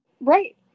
Right